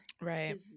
Right